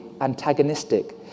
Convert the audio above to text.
antagonistic